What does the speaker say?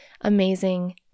amazing